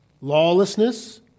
Lawlessness